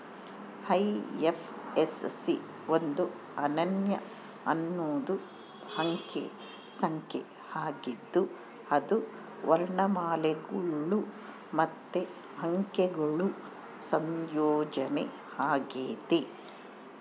IFSC ಒಂದು ಅನನ್ಯ ಹನ್ನೊಂದು ಅಂಕೆ ಸಂಖ್ಯೆ ಆಗಿದ್ದು ಅದು ವರ್ಣಮಾಲೆಗುಳು ಮತ್ತೆ ಅಂಕೆಗುಳ ಸಂಯೋಜನೆ ಆಗೆತೆ